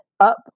up